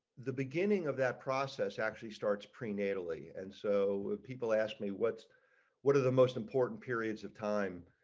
the beginning of that process actually starts prenatally and so when people ask me what's what are the most important periods of time.